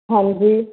ਹਾਂਜੀ